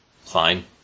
fine